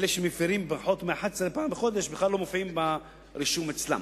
אלה שמפירים פחות מ-11 פעם בחודש בכלל לא מופיעים ברישום אצלם.